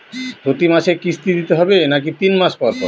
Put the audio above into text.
প্রতিমাসে কিস্তি দিতে হবে নাকি তিন মাস পর পর?